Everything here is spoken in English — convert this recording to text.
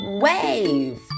wave